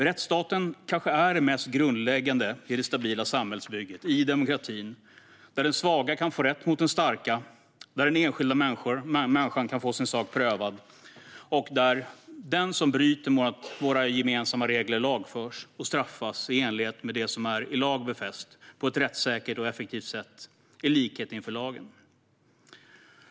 Rättsstaten är kanske det mest grundläggande i det stabila samhällsbygget, i demokratin, där den svaga kan få rätt mot den starka, där den enskilda människan kan få sin sak prövad och där den som bryter mot våra gemensamma regler lagförs och straffas i enlighet med det som är i lag befäst på ett rättssäkert och effektivt sätt med likhet inför lagen.